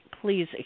please